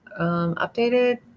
updated